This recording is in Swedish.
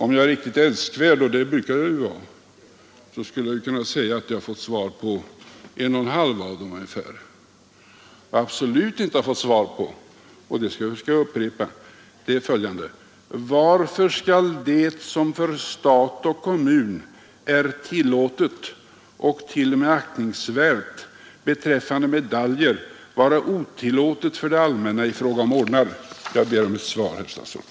Om jag är riktigt älskvärd — och det brukar jag vara — skulle jag kunna säga att jag har fått svar på en och en halv. Vad jag absolut inte har fått svar på är följande fråga: Varför skall det, som för stat och kommun är tillåtet och t.o.m. aktningsvärt beträffande medaljer, vara otillåtet för det allmänna i fråga om ordnar? Jag ber om ett svar, herr statsråd.